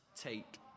take